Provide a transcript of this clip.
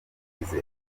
igeze